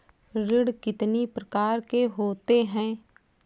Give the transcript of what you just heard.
ऋण कितनी प्रकार के होते हैं?